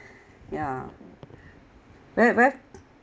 ya very very